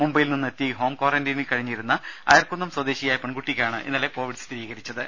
മുംബൈയിൽ നിന്ന് എത്തി ഹോം ക്വാറന്റയിനിൽ കഴിഞ്ഞിരുന്ന അയർക്കുന്നം സ്വദേശിയായ പെൺകുട്ടിക്കാണ് ഇന്നലെ കോവിഡ് സ്ഥിരീകരിച്ചത്